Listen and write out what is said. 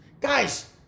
Guys